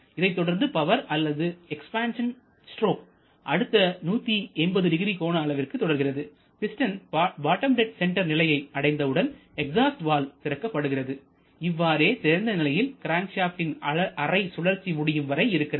இதைத்தொடர்ந்து பவர் அல்லது expansion stroke அடுத்த 1800 கோண அளவிற்கு தொடர்கிறது பிஸ்டன் பாட்டம் டெட் சென்டர் நிலையை அடைந்தவுடன் எக்ஸாஸ்ட் வால்வு திறக்கப்படுகிறது இவ்வாறே திறந்த நிலையில் கிராங்சாப்ட்டின் அரை சுழற்சி முடியும் வரை இருக்கிறது